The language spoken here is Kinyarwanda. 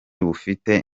bufite